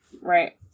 Right